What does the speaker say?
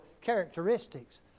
characteristics